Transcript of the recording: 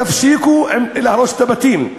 תפסיקו להרוס את הבתים.